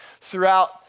throughout